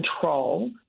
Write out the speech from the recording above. control